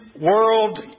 World